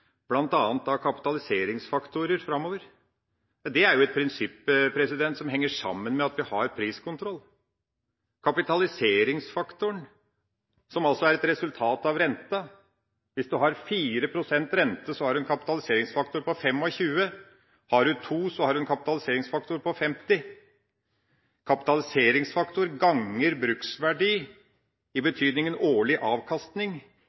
er bl.a. kapitaliseringsfaktorer framover. Det er et prinsipp som henger sammen med at vi har priskontroll – kapitaliseringsfaktoren, som altså er et resultat av renta. Hvis du har 4 pst. rente, har du en kapitaliseringsfaktor på 25, har du 2, har du en kapitaliseringsfaktor på 50. Kapitaliseringsfaktor ganger bruksverdi i betydninga årlig avkastning